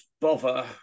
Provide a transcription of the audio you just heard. bother